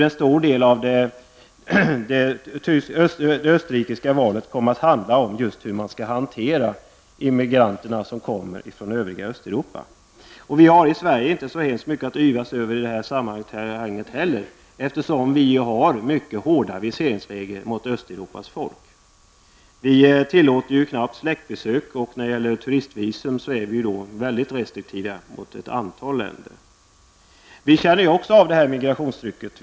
En stor del av det österrikiska valet kom att handla om hur man skall hantera immigranterna som kommer från Inte heller i Sverige har vi särskilt mycket att yvas över i det här sammanhanget, eftersom vi har mycket hårda viseringsregler mot Östeuropas folk. Vi tillåter ju knappt släktbesök, och när det gäller turistvisum är vi mycket restriktiva mot ett antal länder. Vi känner också av migrationstrycket.